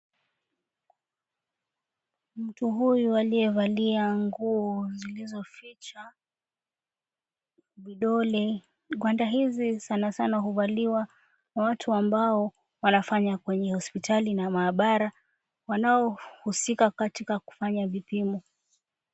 Mtu huyu aliyevalia nguo zilizoficha vidole. Gwanda hizi sanasana huvaliwa na watu ambao wanafanya kwenye hospitali na maabara wanahusika katika kufanya vipimo.